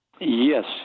Yes